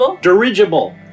dirigible